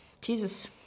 Jesus